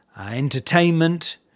entertainment